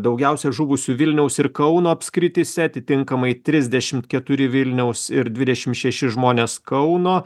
daugiausiai žuvusių vilniaus ir kauno apskrityse atitinkamai trisdešimt keturi vilniaus ir dvidešimt šeši žmonės kauno